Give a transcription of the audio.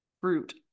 fruit